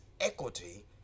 equity